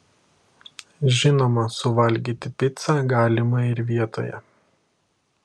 žinoma suvalgyti picą galima ir vietoje